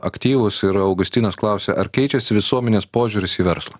aktyvūs ir augustinas klausia ar keičiasi visuomenės požiūris į verslą